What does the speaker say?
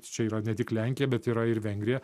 čia yra ne tik lenkija bet yra ir vengrija